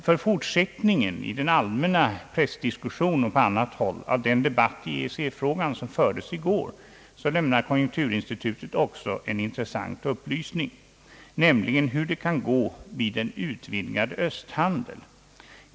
För forsättningen, i den allmänna pressdiskussionen och på annat håll, av den debatt i EEC-frågan som fördes i går, lämnar konjunkturinstitutet också en intressant upplysning, nämligen hur det kan gå vid en utvidgad östhandel.